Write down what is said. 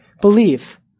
believe